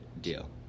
deal